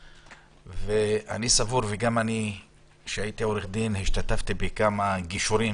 אני סבור, והייתי עורך דין, השתתפתי בכמה גישורים